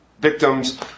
victims